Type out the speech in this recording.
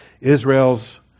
Israel's